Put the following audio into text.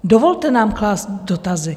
Dovolte nám klást dotazy.